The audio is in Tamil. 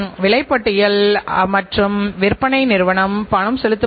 நம்மால் சிறந்ததை அடைய முடியுமா